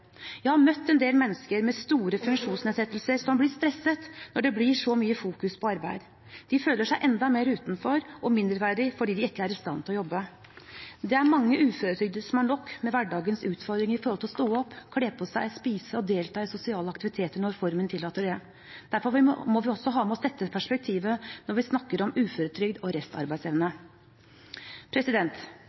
Jeg har møtt en del mennesker med store funksjonsnedsettelser som blir stresset når det blir så mye fokus på arbeid. De føler seg enda mer utenfor og mindreverdige fordi de ikke er i stand til å jobbe. Det er mange uføretrygdede som har nok med hverdagens utfordringer som å stå opp, kle på seg, spise og delta i sosiale aktiviteter når formen tillater det. Derfor må vi også ha med oss dette perspektivet når vi snakker om uføretrygd og restarbeidsevne.